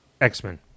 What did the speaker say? X-Men